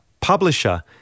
publisher